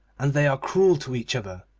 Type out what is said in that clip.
and they are cruel to each other.